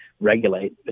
regulate